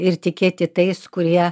ir tikėti tais kurie